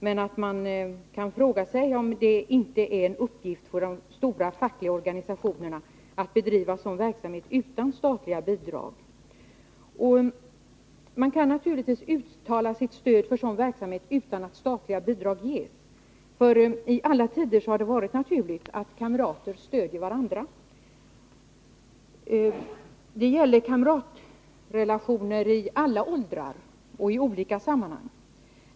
Man kan dock ifrågasätta om det inte är en uppgift för de stora fackliga organisationerna att bedriva sådan verksamhet utan statliga bidrag.” Man kan naturligtvis uttala sitt stöd för sådan verksamhet utan att statliga bidrag ges, för i alla tider har det varit naturligt att kamrater stöder varandra. Det gäller kamratrelationer i alla åldrar och i olika sammanhang.